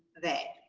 they.